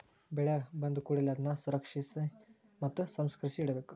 ಬೆಳೆ ಬಂದಕೂಡಲೆ ಅದನ್ನಾ ಸಂರಕ್ಷಿಸಿ ಮತ್ತ ಸಂಸ್ಕರಿಸಿ ಇಡಬೇಕು